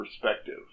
perspective